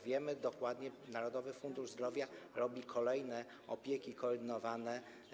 Wiemy dokładnie, że Narodowy Fundusz Zdrowia tworzy kolejne opieki koordynowane.